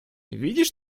видишь